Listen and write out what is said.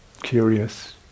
Curious